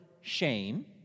shame